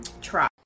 try